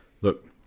Look